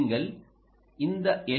நீங்கள் இந்த எல்